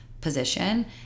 position